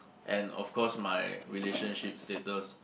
and of course my relationship status